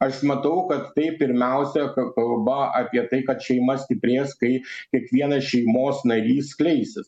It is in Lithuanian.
aš matau kad tai pirmiausia kalba apie tai kad šeima stiprės kai kiekvienas šeimos narys skleisis